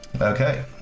Okay